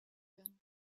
june